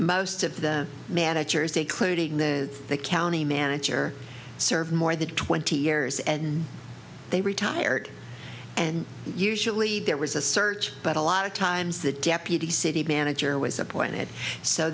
most of the managers a clothing the the county manager served more than twenty years and they retired and usually there was a search but a lot of times the deputy city manager was appointed so